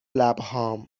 لبهام